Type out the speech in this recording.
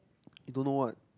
you don't know what